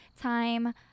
time